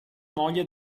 moglie